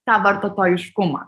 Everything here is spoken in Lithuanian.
tą vartotojiškumą